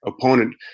opponent